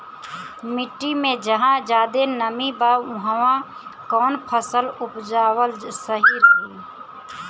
मिट्टी मे जहा जादे नमी बा उहवा कौन फसल उपजावल सही रही?